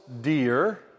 deer